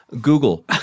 Google